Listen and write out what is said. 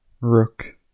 Rook